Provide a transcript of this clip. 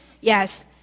Yes